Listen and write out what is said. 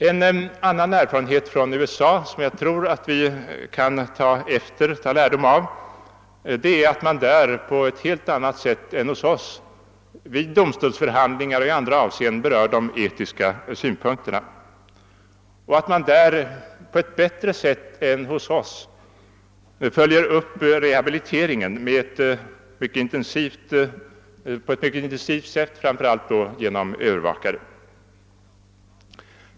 En annan erfarenhet från USA, som jag tror att vi kan ta lärdom av, är att man där på ett helt annat sätt än hos oss vid domstolsförhandlingar och i andra avseenden berör de etiska synpunkterna och följer upp rehabiliteringen mycket intensivt, framför allt genom övervakare.